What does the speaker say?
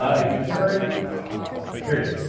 ah if you turn, well, i lost it. here it is.